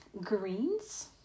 greens